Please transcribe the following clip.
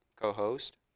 co-host